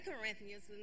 Corinthians